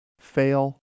fail